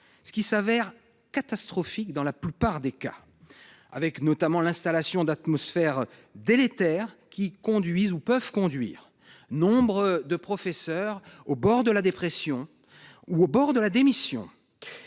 ce qui s'avère catastrophique dans la plupart des cas avec notamment l'installation d'atmosphère délétère qui conduisent où peuvent conduire nombre de professeurs au bord de la dépression. Ou au bord de la démission.